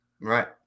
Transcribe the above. Right